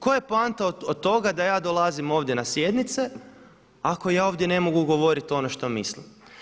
Koja je poanta od toga da ja dolazim ovdje na sjednice ako ja ovdje ne mogu govoriti ono što mislim?